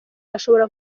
ashobora